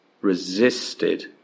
resisted